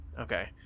Okay